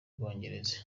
bwongereza